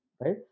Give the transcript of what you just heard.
right